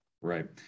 Right